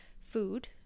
food